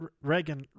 Reagan